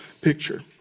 picture